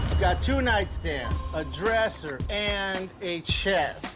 got two nightstands, a dresser, and a chest.